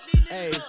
hey